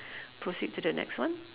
proceed to the next one